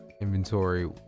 inventory